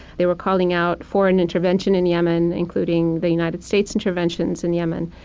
they were calling out foreign intervention in yemen, including the united states' interventions in yemen.